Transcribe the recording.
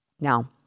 Now